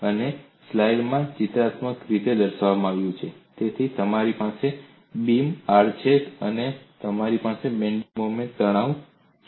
અને આ સ્લાઇડ માં ચિત્રાત્મક રીતે દર્શાવવામાં આવ્યું છે